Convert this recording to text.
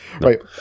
right